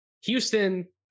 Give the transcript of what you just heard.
Houston